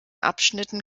abschnitten